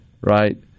right